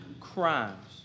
crimes